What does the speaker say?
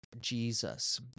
Jesus